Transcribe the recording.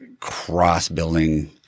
Cross-building